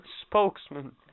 spokesman